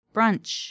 Brunch